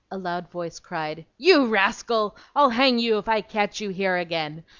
a loud voice cried you rascal i'll hang you if i catch you here again.